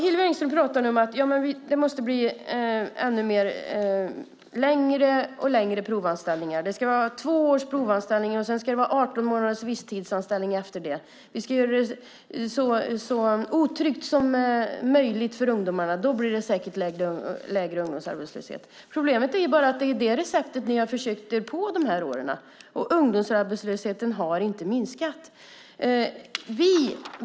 Hillevi Engström pratar om att det måste bli längre och längre provanställningar. Det ska vara två års provanställning, och sedan ska det vara 18 månaders visstidsanställning efter det. Det ska göras så otryggt som möjligt för ungdomarna. Då blir det säkert lägre ungdomsarbetslöshet. Problemet är bara att det är det receptet ni har försökt er på de här åren, men ungdomsarbetslösheten har inte minskat.